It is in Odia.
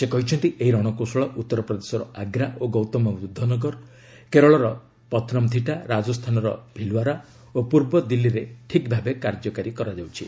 ସେ କହିଛନ୍ତି ଏହି ରଣକୌଶଳ ଉତ୍ତରପ୍ରଦେଶର ଆଗ୍ରା ଓ ଗୌତମବୁଦ୍ଧ ନଗର କେରଳର ପତନମଥିଟା ରାଜସ୍ଥାନର ଭିଲଓ୍ୱାରା ଓ ପୂର୍ବ ଦିଲ୍ଲୀରେ ଠିକ୍ ଭାବେ କାର୍ଯ୍ୟ କରୁଛି